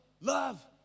Love